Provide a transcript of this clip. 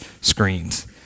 screens